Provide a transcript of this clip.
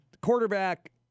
quarterback